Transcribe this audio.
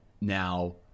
Now